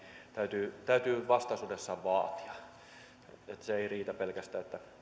täytyy täytyy vastaisuudessa vaatia se ei riitä pelkästään että